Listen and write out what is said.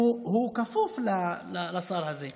הוא כפוף לשר הזה.